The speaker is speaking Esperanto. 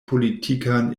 politikan